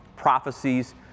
prophecies